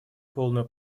полную